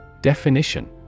Definition